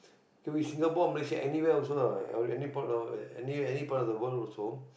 can be Singapore Malaysia anywhere also lah any part any part of the world also